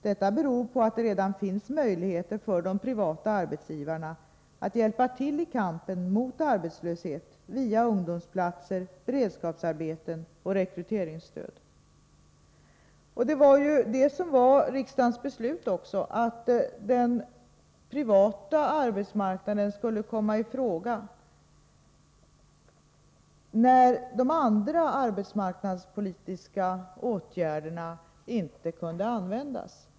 Detta beror på att det redan finns möjligheter för de privata arbetsgivarna att hjälpa till i kampen mot arbetslöshet via ungdomsplatser, beredskapsarbeten och rekryteringsstöd.” Det var ju detta som var innebörden också i riksdagsbeslutet, att den privata arbetsmarknaden skulle komma i fråga när de arbetsmarknadspolitiska åtgärderna inte kunde användas.